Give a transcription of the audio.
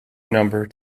number